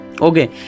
Okay